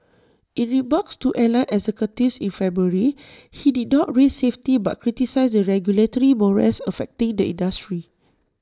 in remarks to airline executives in February he did not raise safety but criticised the regulatory morass affecting the industry